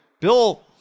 Bill